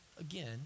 again